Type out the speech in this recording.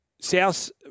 South